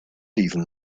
even